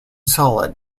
solid